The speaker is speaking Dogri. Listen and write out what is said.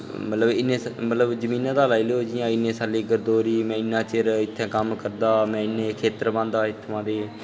मतलब इ'नें जमीनें परा दा लाई लैओ जि'यां इ'न्ने सालें दी गरदौरी ही में इन्ने साल होए में इन्ने खेत्तर ब्हांदा हा इत्थुआं दे